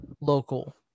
local